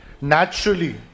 naturally